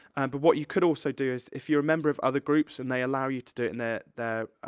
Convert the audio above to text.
but what you could also do is, if you're a member of other groups, and they allow you to do it in there, their,